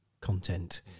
content